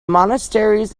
monasteries